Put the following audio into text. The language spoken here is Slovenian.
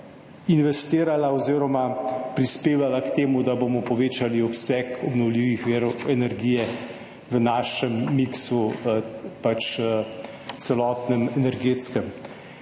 investirala oziroma prispevala k temu, da bomo povečali obseg obnovljivih virov energije v našem miksu, pač celotnem energetskem.